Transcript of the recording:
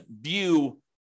view